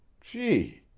Gee